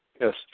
Yes